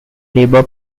labor